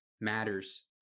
matters